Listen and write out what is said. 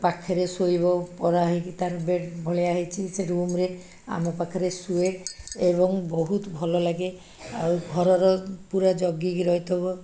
ପାଖେରେ ଶୋଇବ ପରା ହେଇକି ତାର ବେଡ଼ ଭଳିଆ ହେଇଛି ସେ ରୁମରେ ଆମ ପାଖରେ ଶୁଏ ଏବଂ ବହୁତ ଭଲ ଲାଗେ ଆଉ ଘରର ପୁରା ଜଗିକି ରହିଥବ